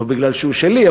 לא מפני שהוא שלי,